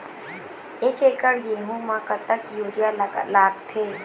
एक एकड़ गेहूं म कतक यूरिया लागथे?